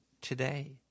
today